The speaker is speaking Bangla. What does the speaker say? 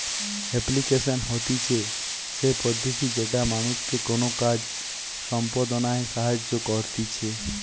এপ্লিকেশন হতিছে সে পদ্ধতি যেটা মানুষকে কোনো কাজ সম্পদনায় সাহায্য করতিছে